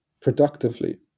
productively